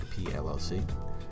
PLLC